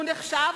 והוא נחשב,